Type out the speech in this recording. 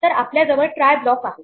तर आपल्याजवळ try block आहे